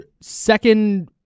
second